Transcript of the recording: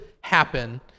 happen